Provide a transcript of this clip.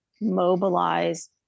mobilize